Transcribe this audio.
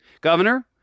governor